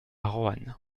roanne